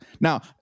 Now